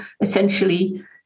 essentially